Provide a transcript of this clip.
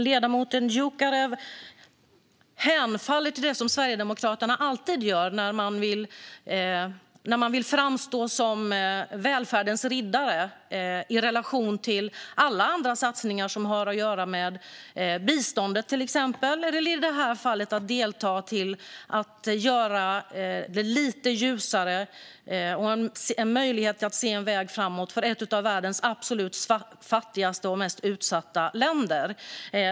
Ledamoten Dioukarev hemfaller till det som Sverigedemokraterna alltid gör när de vill framstå som välfärdens riddare i relation till alla andra satsningar som har att göra med till exempel biståndet eller, som i detta fall, att delta i att bidra till att göra det lite ljusare för och se en möjlig väg framåt för ett av världens absolut fattigaste och mest utsatta länder.